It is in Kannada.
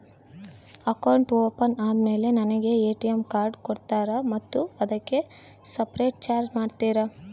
ಅಕೌಂಟ್ ಓಪನ್ ಆದಮೇಲೆ ನನಗೆ ಎ.ಟಿ.ಎಂ ಕಾರ್ಡ್ ಕೊಡ್ತೇರಾ ಮತ್ತು ಅದಕ್ಕೆ ಸಪರೇಟ್ ಚಾರ್ಜ್ ಮಾಡ್ತೇರಾ?